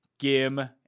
Gim